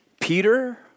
Peter